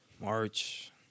March